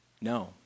No